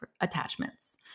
attachments